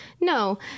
No